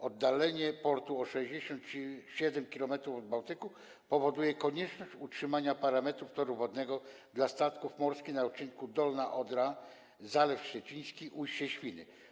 Oddalenie portu o 67 km od Bałtyku powoduje konieczność utrzymania parametrów toru wodnego dla statków morskich na odcinku Dolna Odra - Zalew Szczeciński - ujście Świny.